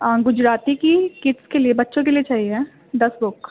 گجراتی کی کس کے لیے بچوں کے لیے چاہئیں دس بک